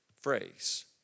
phrase